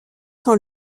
sont